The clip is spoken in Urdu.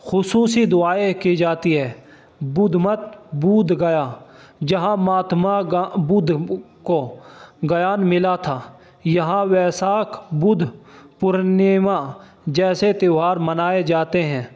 خصوصی دعائیں کی جاتی ہے بدھ مت بودھ گیا جہاں مہاتما بدھ کو گیان ملا تھا یہاں ویساکھ بدھ پورنیما جیسے تیوہار منائے جاتے ہیں